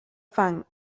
fang